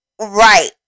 Right